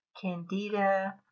candida